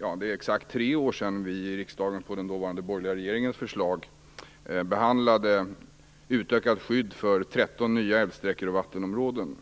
är exakt tre år sedan vi i riksdagen på den dåvarande borgerliga regeringens förslag behandlade frågan om ett utökat skydd för 13 nya älvsträckor och vattenområden.